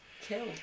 kill